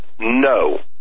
No